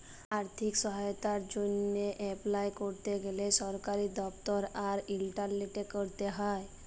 আথ্থিক সহায়তার জ্যনহে এপলাই ক্যরতে গ্যালে সরকারি দপ্তর আর ইলটারলেটে ক্যরতে হ্যয়